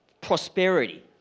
prosperity